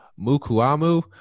Mukuamu